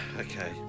Okay